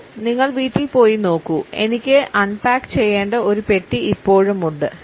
ജോ നിങ്ങൾ വീട്ടിൽ പോയി നോക്കൂ എനിക്ക് അൺപാക്ക് ചെയ്യേണ്ട ഒരു പെട്ടി ഇപ്പോഴും ഉണ്ട്